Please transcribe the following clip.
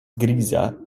griza